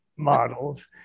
models